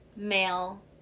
Male